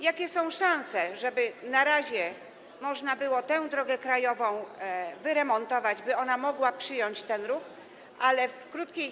Jakie są szanse, żeby na razie można było tę drogę krajową wyremontować, by ona mogła przyjąć ten ruch, ale w krótkiej.